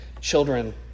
children